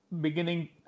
beginning